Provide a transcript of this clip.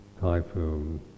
typhoon